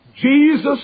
Jesus